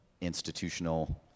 institutional